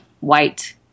white